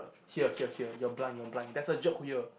here here here you're blind you're blind there's a here